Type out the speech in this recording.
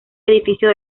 edificio